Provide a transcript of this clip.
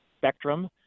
spectrum